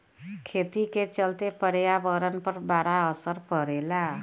खेती का चलते पर्यावरण पर बड़ा असर पड़ेला